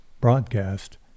broadcast